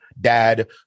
dad